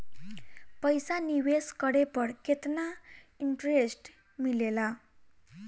पईसा निवेश करे पर केतना इंटरेस्ट मिलेला?